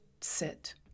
sit